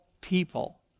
people